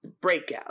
Breakout